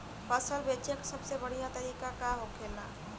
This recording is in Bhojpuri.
फसल बेचे का सबसे बढ़ियां तरीका का होखेला?